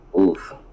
Oof